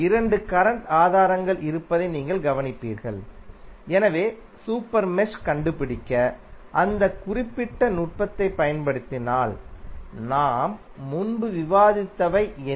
இரண்டு கரண்ட் ஆதாரங்கள் இருப்பதை நீங்கள் கவனிப்பீர்கள் எனவே சூப்பர் மெஷ் கண்டுபிடிக்க அந்த குறிப்பிட்ட நுட்பத்தைப் பயன்படுத்தினால் நாம் முன்பு விவாதித்தவை என்ன